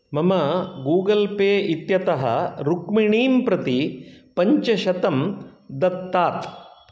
मम Google pay इत्यतः रुक्मिणीं प्रति पञ्चशतं दत्तात्